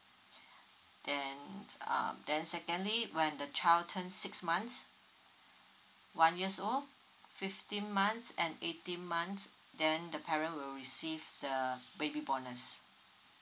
then um then secondly when the child turn six months one years old fifteen months and eighteen months then the parent will receive the baby bonus